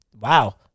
wow